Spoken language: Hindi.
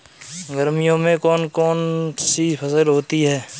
गर्मियों में कौन कौन सी फसल होती है?